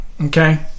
okay